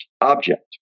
object